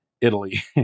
Italy